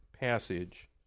passage